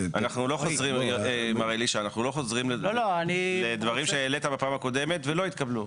לא נחזור על דברים שהעלית בפעם הקודמת ולא נתקבלו.